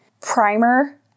primer